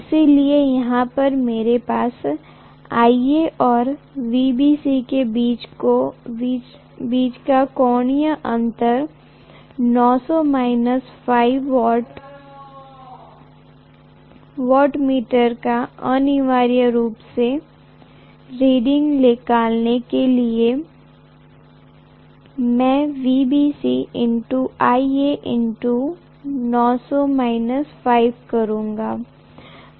इसलिए यहा पर मेरे पास IA और VBC के बीच का कोणीय अंतर 900 - ϕ वॉटमीटर का अनिवार्य रूप से रीडिंग निकालने के लिए में VBC x IA x 900 - ϕ करूंगा